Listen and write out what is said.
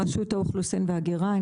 רשות האוכלוסין וההגירה,